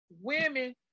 women